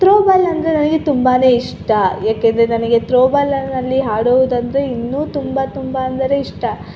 throwball ಅಂದರೆ ನನಗೆ ತುಂಬಾ ಇಷ್ಟ ಏಕೆಂದರೆ ನನಗೆ ತ್ರೋಬಾಲಿನಲ್ಲಿ ಆಡುವುದಂದ್ರೆ ಇನ್ನೂ ತುಂಬ ತುಂಬ ಅಂದರೆ ಇಷ್ಟ